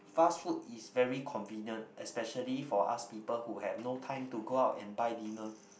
fast food is very convenient especially for us people who have no time to go out and buy dinner